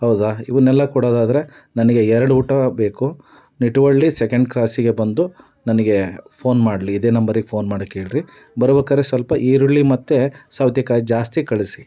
ಹೌದಾ ಇವನ್ನೆಲ್ಲ ಕೊಡೋದಾದರೆ ನನಗೆ ಎರಡು ಊಟ ಬೇಕು ನಿಟುವಳ್ಳಿ ಸೆಕೆಂಡ್ ಕ್ರಾಸಿಗೆ ಬಂದು ನನಗೆ ಫೋನ್ ಮಾಡಲಿ ಇದೇ ನಂಬರಿಗೆ ಫೋನ್ ಮಾಡಕ್ಕೆ ಹೇಳಿರಿ ಬರ್ಬೇಕಾದ್ರೆ ಸ್ವಲ್ಪ ಈರುಳ್ಳಿ ಮತ್ತು ಸೌತೆಕಾಯಿ ಜಾಸ್ತಿ ಕಳಿಸಿ